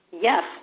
Yes